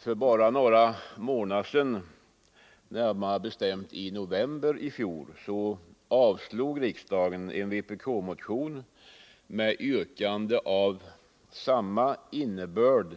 För bara några månader sedan, närmare bestämt i november i fjol, avslog riksdagen en vpk-motion med ett yrkande av samma innebörd